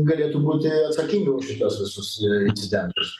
galėtų būti atsakinga už šituos visus incidentus